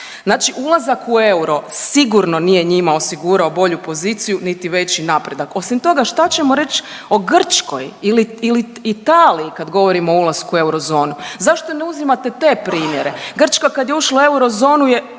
Znači ulazak u euro sigurno nije njima osigurao bolju poziciju niti veći napredak. Osim toga šta ćemo reć o Grčkoj ili Italiji kad govorimo o ulasku u eurozonu, zašto ne uzimate te primjere? Grčka kad je ušla u eurozonu je